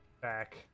back